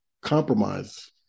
compromise